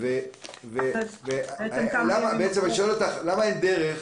למה אין דרך